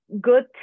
good